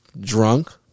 drunk